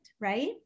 right